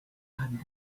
and